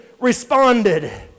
responded